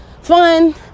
fun